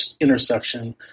intersection